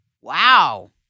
Wow